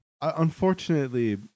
Unfortunately